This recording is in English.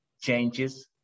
changes